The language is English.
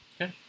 Okay